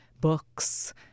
books